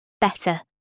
better